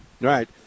Right